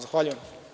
Zahvaljujem.